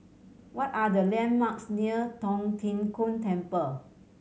what are the landmarks near Tong Tien Kung Temple